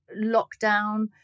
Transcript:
lockdown